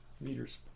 Meters